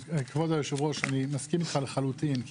כבוד יושב הראש אני מסכים איתך לחלוטין,